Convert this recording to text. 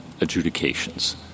adjudications